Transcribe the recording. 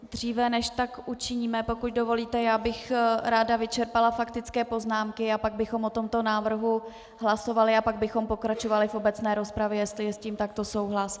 Dříve než tak učiníme, pokud dovolíte, bych ráda vyčerpala faktické poznámky a pak bychom o tomto návrhu hlasovali a pak bychom pokračovali v obecné rozpravě, jestli je s tím takto souhlas.